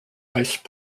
ice